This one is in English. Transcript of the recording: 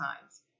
times